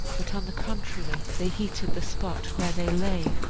but, on the contrary, they heated the spot where they lay.